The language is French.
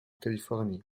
californie